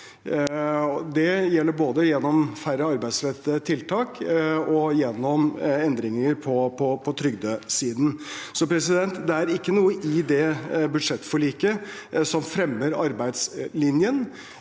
Det gjelder både gjennom færre arbeidsrettede tiltak og gjennom endringer på trygdesiden. Det er ikke noe i det budsjettforliket som fremmer arbeidslinjen.